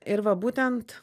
ir va būtent